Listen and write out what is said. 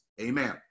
amen